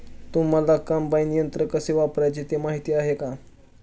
तुम्हांला कम्बाइन यंत्र कसे वापरायचे ते माहीती आहे का?